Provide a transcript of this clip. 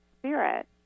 spirit